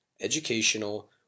educational